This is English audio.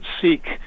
seek